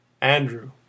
andrew